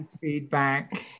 feedback